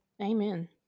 Amen